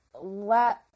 let